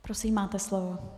Prosím, máte slovo.